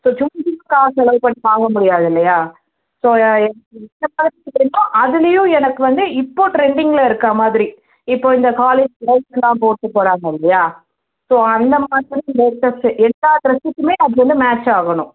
so சூஸ்சிங்க்காக செலவு பண்ணி வாங்க முடியாது இல்லையா ஸோ வாங்கிறமோ அதுலேயும் எனக்கு வந்து இப்போது ட்ரெண்டிங்கில் இருக்கிறமாதிரி இப்போ இந்த காலேஜ் கேர்ள்ஸ் எல்லாம் போட்டு போகிறாங்க இல்லையா ஸோ அந்தமாதிரி வந்து லேட்டஸ்ட்டு எல்லா ட்ரெஸ்ஸுக்குமே அது வந்து மேட்ச் ஆகணும்